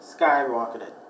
skyrocketed